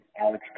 Alex